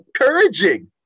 encouraging